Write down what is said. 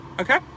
Okay